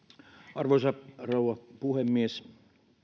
arvoisa rouva puhemies